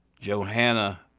Johanna